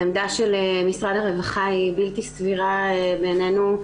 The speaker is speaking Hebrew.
עמדת משרד הרווחה היא בלתי סבירה בעינינו,